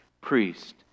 priest